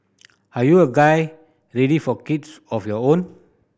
are you a guy ready for kids of your own